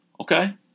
Okay